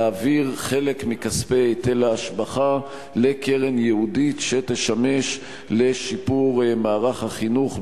להעביר חלק מכספי היטל ההשבחה לקרן ייעודית שתשמש לשיפור מערך החינוך,